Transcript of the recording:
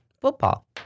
football